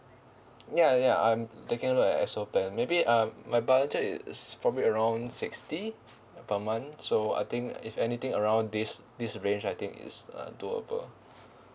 ya ya I'm thinking a look at X O plan maybe um my budget is probably around sixty per month so I think if anything around this this range I think it's uh doable